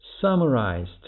summarized